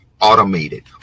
automated